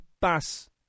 bass